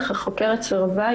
אך החוקרת סירבה.